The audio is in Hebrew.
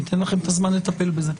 ניתן לכם את הזמן לטפל בזה.